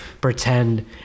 pretend